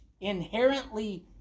inherently